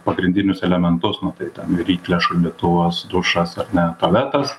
pagrindinius elementus nu tai ten viryklė šaldytuvas dušas ar ne tualetas